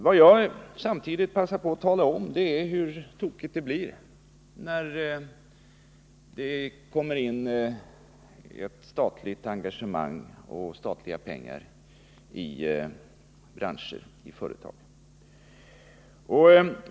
Samtidigt vill jag passa på att tala om hur tokigt det blir när det kommer in statligt engagemang och statliga pengar i branscher, i företag.